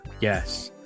yes